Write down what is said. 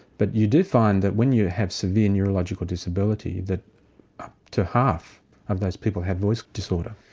but you do find that when you have severe neurological disability that up to half of those people have voice disorder,